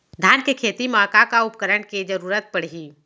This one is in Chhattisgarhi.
धान के खेती करे मा का का उपकरण के जरूरत पड़हि?